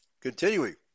Continuing